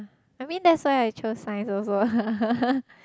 I mean that's why I chose science also